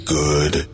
good